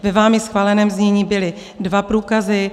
Ve vámi schváleném znění byly dva průkazy.